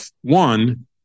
one